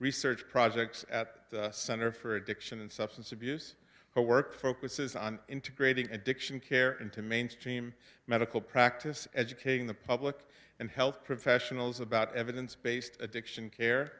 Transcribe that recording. research projects at center for addiction and substance abuse a work focuses on integrating addiction care into mainstream medical practice educating the public and health professionals about evidence based addiction care